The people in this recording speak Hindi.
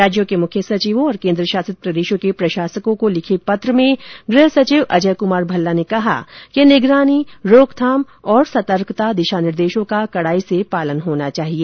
राज्यों के मुख्य सचिवों तथा केन्द्र शासित प्रदेशों के प्रशासकों को लिखे पत्र में गृह सचिव अजय कुमार भल्ला ने कहा है कि निगरानी रोकथाम और सतर्कता दिशा निर्देशो का कड़ाई से पालन होना चाहिए